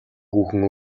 хүүхэн